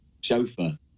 chauffeur